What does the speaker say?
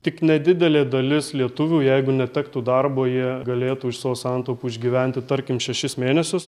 tik nedidelė dalis lietuvių jeigu netektų darbo jie galėtų iš savo santaupų išgyventi tarkim šešis mėnesius